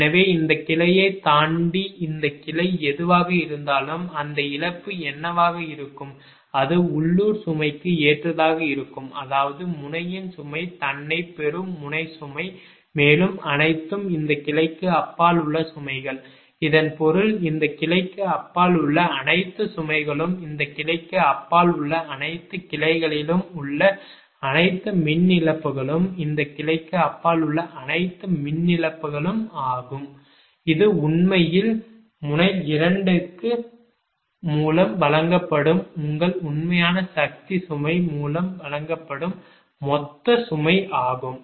எனவே இந்த கிளையைத் தாண்டி இந்த கிளை எதுவாக இருந்தாலும் அந்த இழப்பு என்னவாக இருக்கும் அது உள்ளூர் சுமைக்கு ஏற்றதாக இருக்கும் அதாவது முனையின் சுமை தன்னைப் பெறும் முனை சுமை மேலும் அனைத்தும் இந்த கிளைக்கு அப்பால் உள்ள சுமைகள் இதன் பொருள் இந்த கிளைக்கு அப்பால் உள்ள அனைத்து சுமைகளும் இந்த கிளைக்கு அப்பால் உள்ள அனைத்து கிளைகளிலும் உள்ள அனைத்து மின் இழப்புகளும் இந்த கிளைக்கு அப்பால் உள்ள அனைத்து மின் இழப்புகளும் ஆகும் இது உண்மையில் முனை 2 மூலம் வழங்கப்படும் உங்கள் உண்மையான சக்தி சுமை மூலம் வழங்கப்படும் மொத்த சுமை ஆகும்